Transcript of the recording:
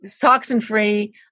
toxin-free